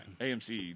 AMC